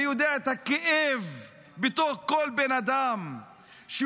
אני יודע את הכאב בתוך כל בן אדם שיודע